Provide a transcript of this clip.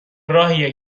راهیه